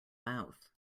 mouth